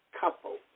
couple